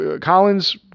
Collins